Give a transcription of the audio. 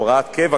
הוראת קבע,